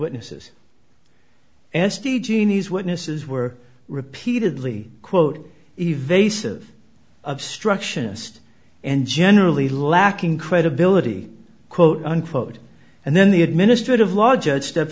genies witnesses were repeatedly quote evasive obstructionist and generally lacking credibility quote unquote and then the administrative law judge step